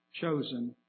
chosen